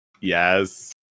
Yes